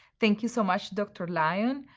thank you so much, dr. lyon,